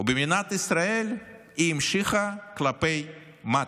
ובמדינת ישראל היא המשיכה כלפי מטה.